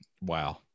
wow